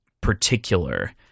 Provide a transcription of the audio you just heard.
particular